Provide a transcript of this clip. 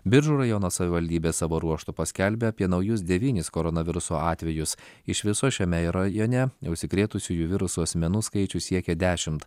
biržų rajono savivaldybė savo ruožtu paskelbė apie naujus devynis koronaviruso atvejus iš viso šiame rajone neužsikrėtusiųjų virusu asmenų skaičius siekė dešimt